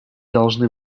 должны